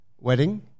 wedding